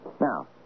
Now